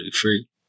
free